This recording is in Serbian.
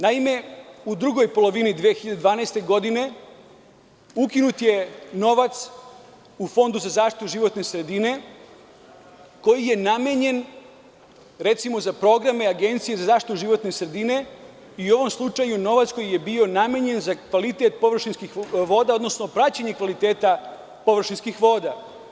Naime, u drugoj polovini 2012. godine ukinut je novac u Fondu za zaštitu životne sredine koji je namenjen, recimo, za programe Agencije za zaštitu životne sredine i u ovom slučaju novac koji je bio namenjen za kvalitet površinskih voda, odnosno praćenje kvaliteta površinskih voda.